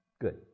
Good